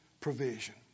provision